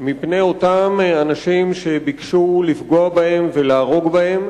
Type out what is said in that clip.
מפני אותם אנשים שביקשו לפגוע בהם ולהרוג בהם,